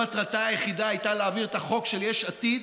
שמטרתה היחידה הייתה להעביר את החוק של יש עתיד,